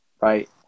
right